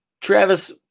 Travis